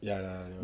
ya lah